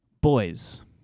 boys